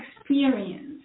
Experience